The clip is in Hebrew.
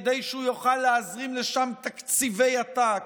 כדי שהוא יוכל להזרים לשם תקציבי עתק,